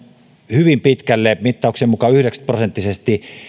hyvin pitkälle mittauksien mukaan yhdeksänkymmentä prosenttisesti